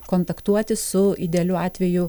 kontaktuoti su idealiu atveju